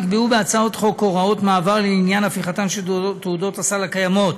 נקבעו בהצעת החוק הוראות מעבר לעניין הפיכתן של תעודות הסל הקיימות